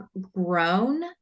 grown